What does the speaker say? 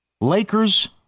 Lakers